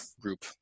group